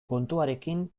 kontuarekin